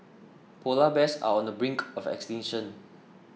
Polar Bears are on the brink of extinction